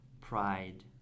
pride